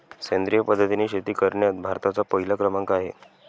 सेंद्रिय पद्धतीने शेती करण्यात भारताचा पहिला क्रमांक आहे